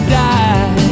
die